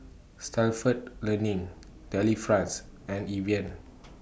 Stalford Learning Delifrance and Evian